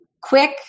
quick